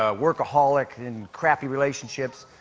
ah workaholic, in crappy relationships.